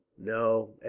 No